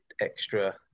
extra